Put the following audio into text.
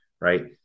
right